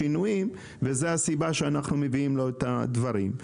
וזו הסיבה שאנחנו מביאים לך את הדברים.